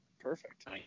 Perfect